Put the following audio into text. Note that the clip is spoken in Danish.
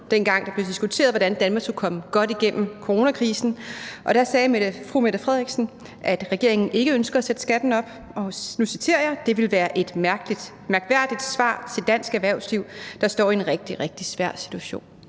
dengang det blev diskuteret, hvordan Danmark skulle komme godt igennem coronakrisen. Og der sagde statsministeren, at regeringen ikke ønskede at sætte skatten op, og at, og nu citerer jeg: Det ville være et mærkværdigt svar til dansk erhvervsliv, der står i en rigtig, rigtig svær situation.